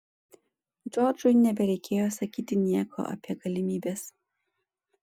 džordžui nebereikėjo sakyti nieko apie galimybes